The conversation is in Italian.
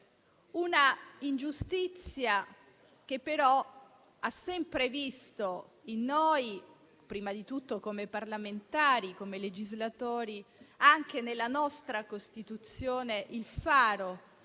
ordinamento, ma che aveva sempre visto in noi, prima di tutto come parlamentari e come legislatori, e anche nella nostra Costituzione, il faro